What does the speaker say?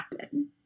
happen